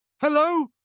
Hello